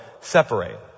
separate